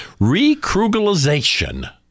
recrugalization